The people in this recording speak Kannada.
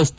ರಸ್ತೆ